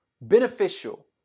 beneficial